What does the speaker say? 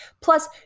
Plus